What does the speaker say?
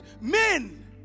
men